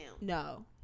No